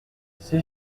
ses